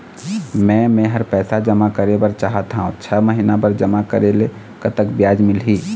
मे मेहर पैसा जमा करें बर चाहत हाव, छह महिना बर जमा करे ले कतक ब्याज मिलही?